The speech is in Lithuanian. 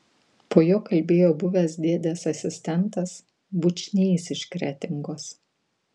po jo kalbėjo buvęs dėdės asistentas bučnys iš kretingos